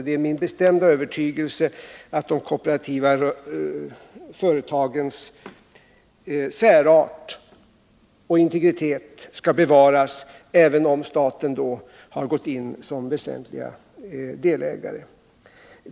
Det är min bestämda övertygelse att de kooperativa företagens särart och integritet skall bevaras även om staten har gått in som väsentlig delägare.